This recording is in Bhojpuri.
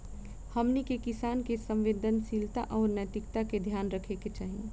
हमनी के किसान के संवेदनशीलता आउर नैतिकता के ध्यान रखे के चाही